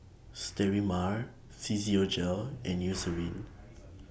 Sterimar Physiogel and Eucerin